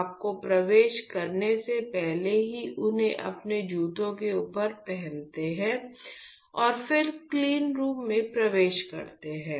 आपके प्रवेश करने से पहले ही उन्हें अपने जूते के ऊपर पहनते हैं और फिर क्लीन रूम में प्रवेश करते हैं